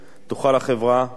תוכל החברה הבת,